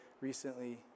recently